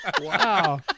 Wow